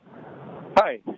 Hi